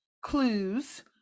clues